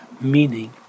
meaning